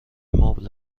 مبل